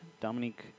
Dominique